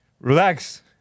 Relax